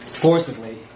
Forcibly